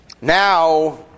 Now